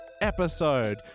episode